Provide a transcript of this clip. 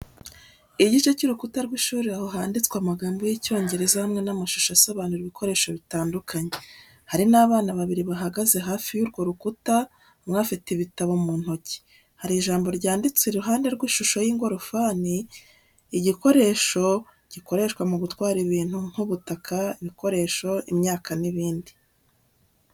Igice cy’urukuta rw’ishuri aho handitswe amagambo y’Icyongereza hamwe n’amashusho asobanura ibikoresho bitandukanye. Hari n’abana babiri bahagaze hafi y’urwo rukuta, umwe afite ibitabo mu ntoki. Hari ijambo ryanditse iruhande rw’ishusho y’ingorofani, igikoresho gikoreshwa mu gutwara ibintu nk’ubutaka, ibikoresho, imyaka n’ibindi.